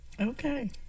Okay